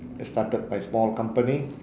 I started my small company